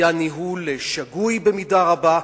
היה ניהול שגוי במידה רבה.